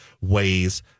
ways